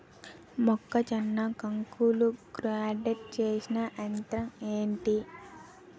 మొక్కజొన్న కంకులు గ్రైండ్ చేసే యంత్రం ఏంటి?